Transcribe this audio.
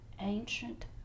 ancient